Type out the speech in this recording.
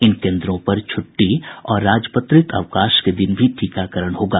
इन केंद्रों पर छुट्टी और राजपत्रित अवकाश के दिन भी टीकाकरण होगा